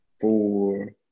four